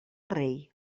rei